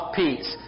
peace